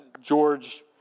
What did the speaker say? George